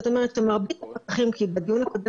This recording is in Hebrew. זאת אומרת שמרבית הפקחים כי בדיון הקודם